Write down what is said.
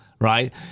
right